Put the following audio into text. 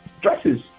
dresses